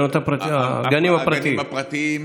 הגנים הפרטיים,